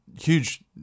huge